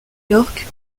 york